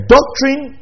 Doctrine